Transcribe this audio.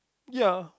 ya